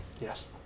Yes